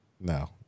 no